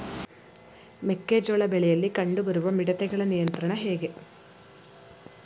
ಮೆಕ್ಕೆ ಜೋಳ ಬೆಳೆಯಲ್ಲಿ ಕಂಡು ಬರುವ ಮಿಡತೆಗಳ ನಿಯಂತ್ರಣ ಹೇಗೆ?